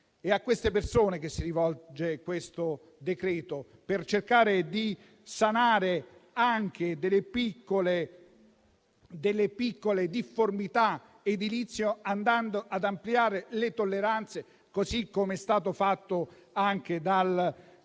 È a queste persone che si rivolge il decreto, per cercare di sanare piccole difformità edilizie, andando ad ampliare le tolleranze, così come è stato fatto anche dal centrosinistra